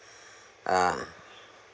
ah